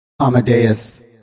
Amadeus